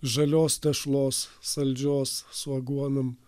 žalios tešlos saldžios su aguonom